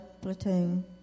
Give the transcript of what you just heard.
Platoon